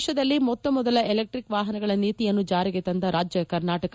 ದೇಶದಲ್ಲಿ ಮೊತ್ತಮೊದಲ ಎಲೆಕ್ಷಿಕ್ ವಾಹನಗಳ ನೀತಿಯನ್ನು ಜಾರಿಗೆ ತಂದ ರಾಜ್ಯ ಕರ್ನಾಟಕ